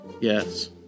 Yes